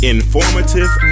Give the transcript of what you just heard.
Informative